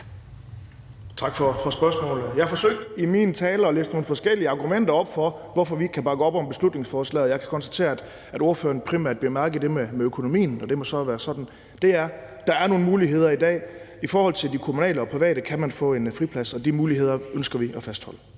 Tak for spørgsmålet. Jeg forsøgte i min tale at liste nogle forskellige argumenter op for, at vi ikke kan bakke op om beslutningsforslaget, og jeg kan konstatere, at ordføreren primært bider mærke i det med økonomien, og det må så være sådan, det er. Der er nogle muligheder i dag. I forhold til de kommunale og private tilbud kan man få en friplads, og de muligheder ønsker vi at fastholde.